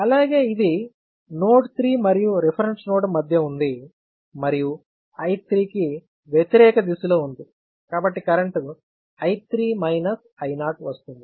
అలాగే ఇది నోడ్ 3 మరియు రిఫరెన్స్ నోడ్ మధ్య ఉంది మరియు I3 కి వ్యతిరేక దిశలో ఉంది కాబట్టి కరెంట్ I3 I0 వస్తుంది